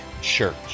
Church